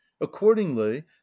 accordingly